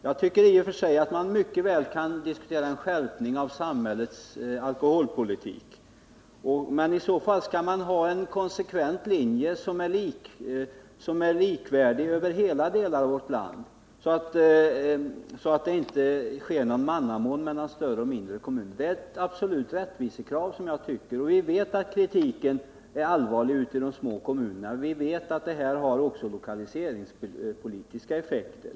Jag tycker i och för sig att man mycket väl kan diskutera en skärpning av samhällets alkoholpolitik, men i så fall skall man följa en konsekvent linje och behandla alla delar av vårt land likvärdigt och utan mannamårn i fråga om större och mindre-kommuner. Det är som jag ser det ett absolut rättvisekrav. Vi vet att kritiken är allvarlig ute i de små kommunerna, och vi vet att detta också får lokaliseringspolitiska effekter.